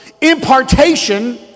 impartation